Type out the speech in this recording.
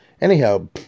Anyhow